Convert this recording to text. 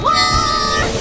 War